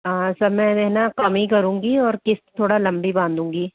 sir मैं है ना कम ही करूँगी और किस्त थोड़ा लंबी बांधूंगी